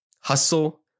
Hustle